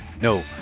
No